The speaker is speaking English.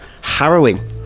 harrowing